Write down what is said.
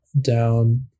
down